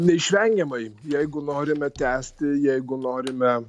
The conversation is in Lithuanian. neišvengiamai jeigu norime tęsti jeigu norime